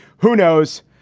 who knows?